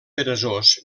peresós